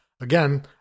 Again